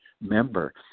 member